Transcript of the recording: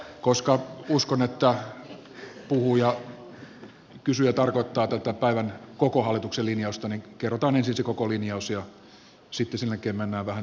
koska uskon että kysyjä tarkoittaa tätä koko hallituksen päivän linjausta niin kerrotaan ensin se koko linjaus ja sitten sen jälkeen mennään vähän terävämpiin ja lyhyempiin puheenvuoroihin